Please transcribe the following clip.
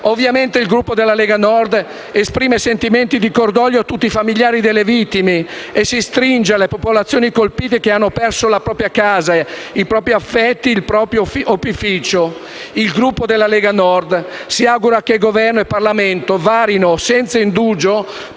Ovviamente il Gruppo della Lega Nord esprime sentimenti di cordoglio a tutti i famigliari delle vittime e si stringe alle popolazioni colpite che hanno perso la propria casa, il proprio opificio, gli affetti. Il Gruppo della Lega Nord si augura che il Governo e il Parlamento varino senza indugio